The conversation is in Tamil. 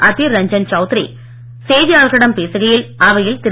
அதீர் ரஞ்சன் சவுத்திரி செய்தியாளர்களிடம் பேசுகையில் அவையில் திரு